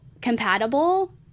compatible